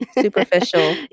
Superficial